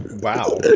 Wow